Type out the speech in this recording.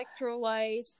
electrolytes